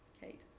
Kate